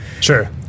Sure